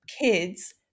kids